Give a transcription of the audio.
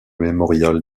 mémorial